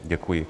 Děkuji.